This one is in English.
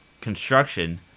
Construction